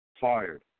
fired